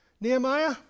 Nehemiah